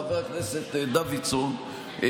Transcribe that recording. חבר הכנסת דוידסון,